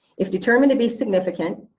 if determined to be significant,